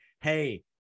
Hey